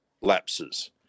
lapses